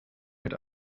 mit